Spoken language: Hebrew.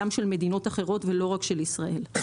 גם של מדינות אחרות ולא רק של ישראל.